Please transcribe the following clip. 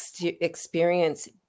experience